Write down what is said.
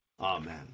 Amen